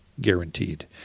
guaranteed